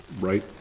Right